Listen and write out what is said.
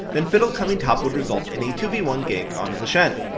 then fiddle coming top would result in a two v one gank onto the shen.